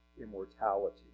immortality